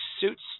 suits